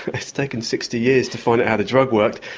it's taken sixty years to find out how the drug worked.